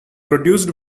produced